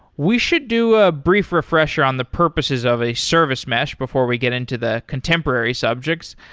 we should do a brief refresher on the purposes of a service mesh before we get into the contemporary subjects.